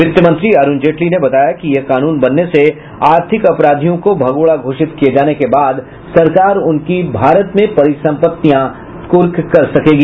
वित्तमंत्री अरुण जेटली ने बताया कि यह कानून बनने से आर्थिक अपराधियों को भगोड़ा घोषित किये जाने के बाद सरकार उनकी भारत में परिसम्पत्तियां कुर्क कर सकेगी